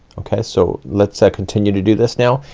okay, so let's ah continue to do this now,